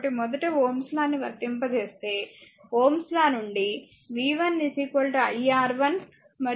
కాబట్టి మొదట Ω's లా ని వర్తింపజేస్తే Ω's లా నుండి v 1 i R1 మరియు v 2 i R2